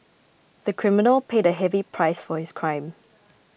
the criminal paid a heavy price for his crime